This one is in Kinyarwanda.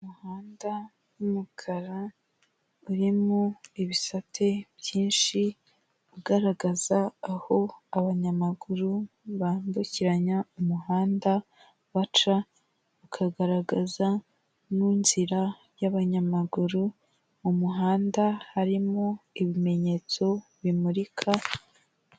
Umuhanda w'umukara urimo ibisate byinshi ugaragaza aho abanyamaguru bambukiranya umuhanda baca, ukagaragaza n'inzira y'abanyamaguru mu muhanda harimo ibimenyetso bimurika...